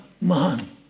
man